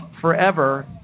forever